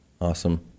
Awesome